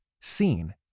seen